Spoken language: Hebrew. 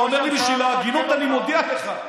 ועוד אתה אומר לי: בשביל ההגינות אני מודיע לך.